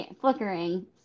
flickering